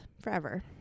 forever